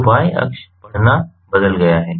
तो y अक्ष पढ़ना बदल गया है